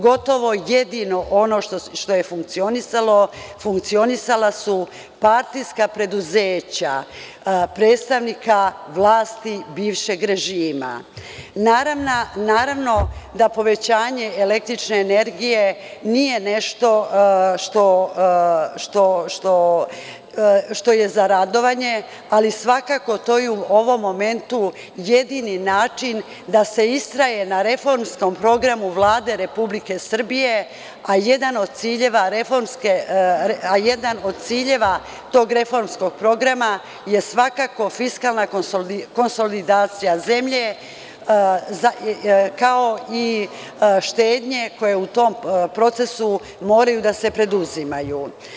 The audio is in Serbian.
Gotovo jedino ono što je funkcionisalo jesu partijska preduzeća, predstavnika vlasti i bivšeg režima. naravno, povećanje električne energije nije nešto što je za radovanje, ali svakako je u ovom momentu jedini način da se istraje na reformskom programu Vlade Republike Srbije, a jedan od ciljeva tog reformskog programa je fiskalna konsolidacija zemlje, kao i štednje koje moraju da se preduzimaju.